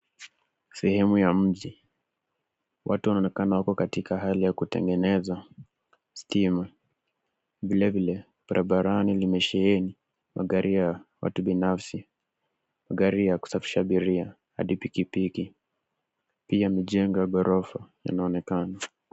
Sehemu ya mji. Watu wanaonekana wako katika hali ya kutengeneza stima, vilevile barabarani limesheheni magari ya watu binafsi, magari ya kusafirisha abiria hadi pikipiki. Pia mijengo ya ghorofa inaonekana.